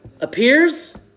appears